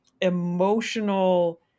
emotional